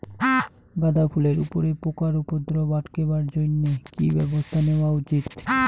গাঁদা ফুলের উপরে পোকার উপদ্রব আটকেবার জইন্যে কি ব্যবস্থা নেওয়া উচিৎ?